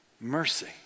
mercy